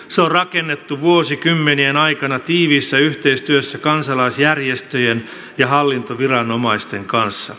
se on rakennettu vuosikymmenien aikana tiiviissä yhteistyössä kansalaisjärjestöjen ja hallintoviranomaisten kanssa